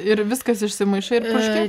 ir viskas išsimaišai ir purški